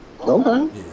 Okay